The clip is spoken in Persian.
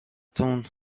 تون